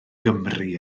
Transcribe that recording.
gymru